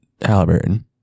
Halliburton